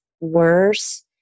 worse